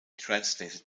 translated